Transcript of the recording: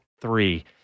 three